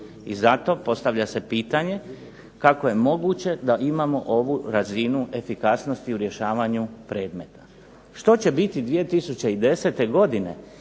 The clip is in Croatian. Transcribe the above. I zato postavlja se pitanje kako je moguće da imamo ovu razinu efikasnosti u rješavanju predmeta? Što će biti 2010. godine